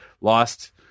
lost